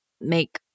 make